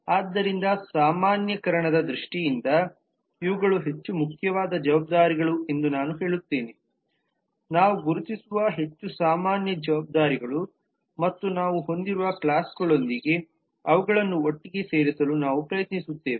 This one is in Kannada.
ಆದ್ದರಿಂದ ಸಾಮಾನ್ಯೀಕರಣದ ದೃಷ್ಟಿಯಿಂದ ಇವುಗಳು ಹೆಚ್ಚು ಮುಖ್ಯವಾದ ಜವಾಬ್ದಾರಿಗಳು ಎಂದು ನಾನು ಹೇಳುತ್ತೇನೆನಾವು ಗುರುತಿಸುವ ಹೆಚ್ಚು ಸಾಮಾನ್ಯ ಜವಾಬ್ದಾರಿಗಳು ಮತ್ತು ನಾವು ಹೊಂದಿರುವ ಕ್ಲಾಸ್ಗಳೊಂದಿಗೆ ಅವುಗಳನ್ನು ಒಟ್ಟಿಗೆ ಸೇರಿಸಲು ನಾವು ಪ್ರಯತ್ನಿಸುತ್ತೇವೆ